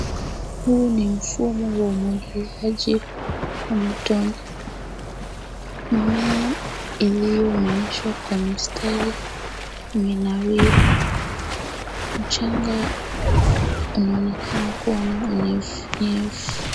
Huu ni mfumo wa umwagiliaji wa matone. Mimea iliyomeeshwa kwa mistari imenawiri. Mchanga unaonekana kuwa na unyevunyevu.